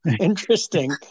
interesting